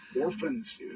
orphans